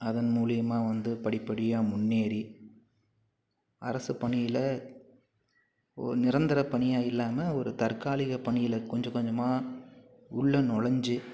அதன் மூலிமா வந்து படிப் படியாக முன்னேறி அரசுப்பணியில் ஒரு நிரந்தர பணியாக இல்லாமல் ஒரு தற்காலிக பணியில் கொஞ்ச கொஞ்சமாக உள்ள நுழஞ்சு